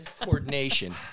Coordination